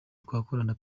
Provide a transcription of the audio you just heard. twakorana